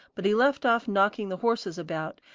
but he left off knocking the horses about,